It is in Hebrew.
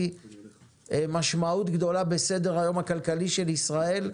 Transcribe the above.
משמעות גדולה בסדר-היום הכלכלי של ישראל,